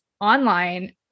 online